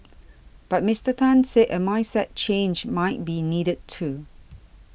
but Mister Tan said a mindset change might be needed too